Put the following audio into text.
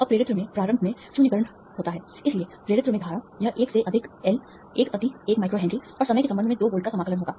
अब प्रेरित्र में प्रारंभ में 0 करंट होती है इसलिए प्रेरित्र में धारा यह 1 से अधिक L 1 अति 1 माइक्रो हेनरी और समय के संबंध में 2 वोल्ट का समाकलन होगा